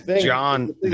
John